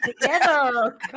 together